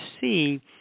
see